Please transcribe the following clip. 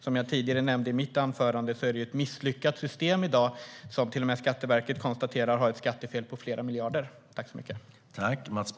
Som jag tidigare nämnde i mitt anförande är det i dag ett misslyckat system som till och med Skatteverket konstaterar har ett skattefel på flera miljarder.